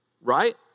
Right